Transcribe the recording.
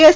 S